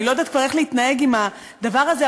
אני לא יודעת כבר איך להתנהג עם הדבר הזה,